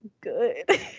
good